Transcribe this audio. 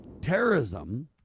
terrorism